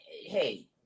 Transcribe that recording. hey